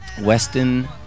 Weston